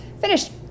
Finished